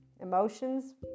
emotions